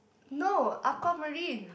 no aqua marine